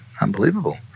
Unbelievable